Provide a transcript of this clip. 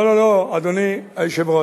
לא לא לא, אדוני היושב-ראש,